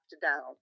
down